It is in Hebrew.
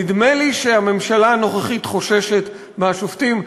נדמה לי שהממשלה הנוכחית חוששת מהשופטים,